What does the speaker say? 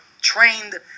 trained